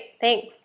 Thanks